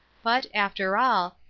but, after all,